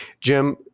Jim